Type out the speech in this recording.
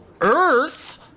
Earth